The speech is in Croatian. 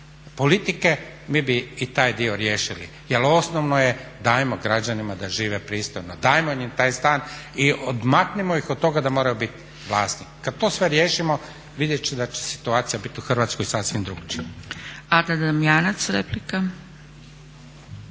politike mi bi i taj dio riješili, jer osnovno je dajmo građanima da žive pristojno, dajmo im taj stan i odmaknimo ih od toga da moraju bit vlasnik. Kad to sve riješimo, vidjet ćemo da će situacija biti u Hrvatskoj sasvim drukčija.